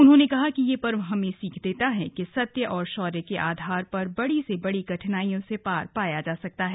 उन्होंने कहा कि यह पर्व हमें सीख देता है कि सत्य और शौर्य के आधार पर बड़ी से बड़ी कठिनाइयों से पार पाया जा सकता है